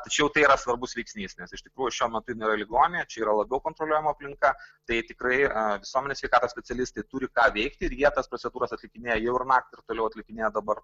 tačiau tai svarbus veiksnys nes iš tikrųjų šiuo metu jinai yra ligoninėje čia yra labiau kontroliuojama aplinka tai tikrai visuomenės sveikatos specialistai turi ką veikti ir jie tas procedūras atlikinėja jau ir naktį ir toliau atlikinėja dabar